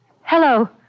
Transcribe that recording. Hello